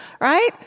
right